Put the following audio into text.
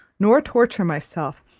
nor torture myself.